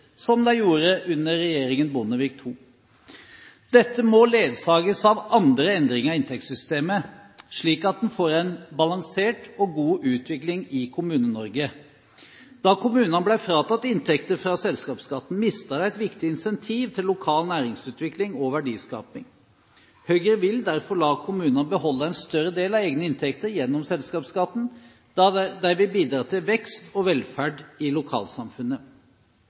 som de gjorde under regjeringen Bondevik II. Dette må ledsages av andre endringer i inntektssystemet, slik at en får en balansert og god utvikling i Kommune-Norge. Da kommunene ble fratatt inntekter fra selskapsskatten, mistet de et viktig incentiv til lokal næringsutvikling og verdiskaping. Høyre vil derfor la kommunene beholde en større del av egne inntekter gjennom selskapsskatten, da det vil bidra til vekst og velferd i lokalsamfunnet.